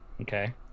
Okay